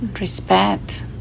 Respect